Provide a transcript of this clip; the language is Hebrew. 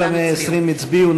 כל ה-120 הצביעו.